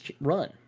run